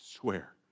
swear